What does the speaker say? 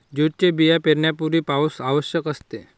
जूटचे बिया पेरण्यापूर्वी पाऊस आवश्यक असते